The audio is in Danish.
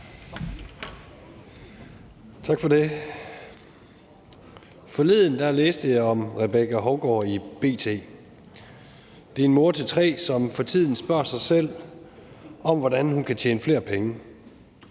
Forleden læste jeg om Rebekka Haugaard i B.T. Det er en mor til tre, som for tiden spørger sig selv, hvordan hun kan tjene flere penge,